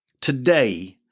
Today